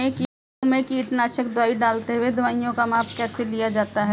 गेहूँ में कीटनाशक दवाई डालते हुऐ दवाईयों का माप कैसे लिया जाता है?